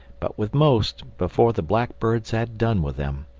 but with most, before the black birds had done with them,